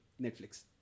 Netflix